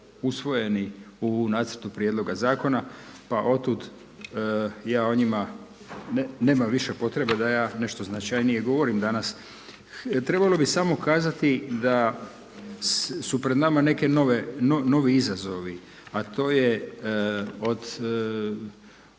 usvojeni u nacrtu prijedloga zakona pa otud ja o njima potrebe da ja nešto značajnije govorim danas. Trebalo bi samo kazati da su pred nama neki novi izazovi, a to je od